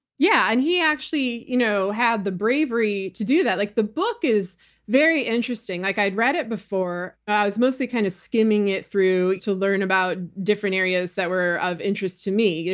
yeah. and he actually you know had the bravery to do that. like the book is very interesting. like i'd read it before but i was mostly kind of skimming it through to learn about different areas that were of interest to me, yeah